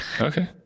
okay